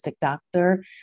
doctor